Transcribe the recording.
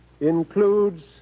includes